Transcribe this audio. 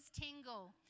tingle